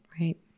right